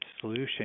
solution